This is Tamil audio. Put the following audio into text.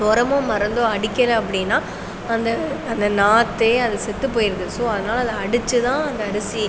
உரமும் மருந்தும் அடிக்கல அப்படின்னா அந்த அந்த நாற்றே அது செத்து போயிருது சோ அதனால் அதை அடித்து தான் அந்த அரிசி